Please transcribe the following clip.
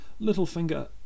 Littlefinger